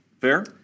Fair